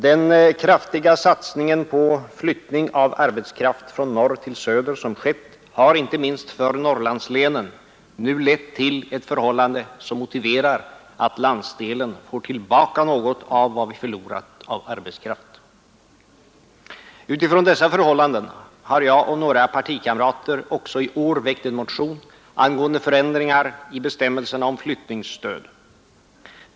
Den kraftiga satsningen på flyttning av arbetskraft från norr till söder som skett har inte minst för Norrlandslänen nu lett till ett förhållande som motiverar att landsdelen får tillbaka något av vad vi förlorat av arbetskraft. Utifrån dessa förhållanden har jag och några partikamrater också i år väckt en motion angående förändringar i bestämmelserna om flyttningsstöd.